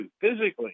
physically